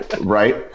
Right